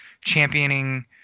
championing